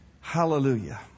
Hallelujah